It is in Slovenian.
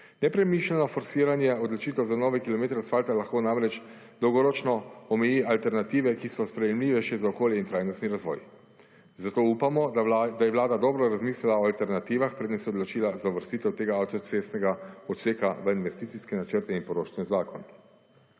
Nepremišljeno forsiranje odločitev za novi kilometer asfalta lahko namreč dolgoročno omeji alternative, ki so sprejemljive še za okolje in trajnostni razvoj, zato upamo, da je vlada dobro razmislila o alternativah preden se je odločila za uvrstitev tega avtocestnega odseka v investicijske načrte in poroštveni zakon.